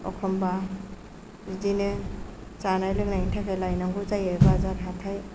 एखनब्ला बिदिनो जानाय लोंनायनि थाखाय लायनांगौ जायो बाजार हाथाय